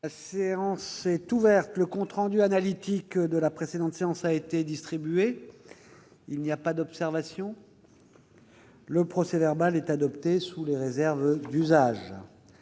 La séance est ouverte. Le compte rendu analytique de la précédente séance a été distribué. Il n'y a pas d'observation ?... Le procès-verbal est adopté sous les réserves d'usage.